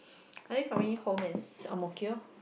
and then for me home is ang-mo-kio